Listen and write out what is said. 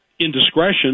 indiscretion